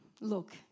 Look